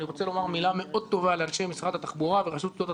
מילה מאוד טובה לאנשי משרד התחבורה ורשות שדות התעופה,